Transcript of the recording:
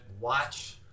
watch